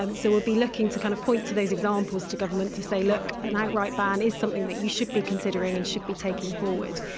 um so, we'll be looking to kind of point to those examples to government to say look, an outright ban is something that you should be considering and should be taking forward.